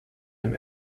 him